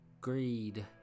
greed